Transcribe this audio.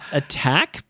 attack